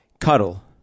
cuddle